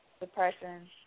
depression